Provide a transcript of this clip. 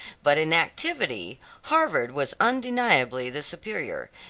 but in activity harvard was undeniably the superior,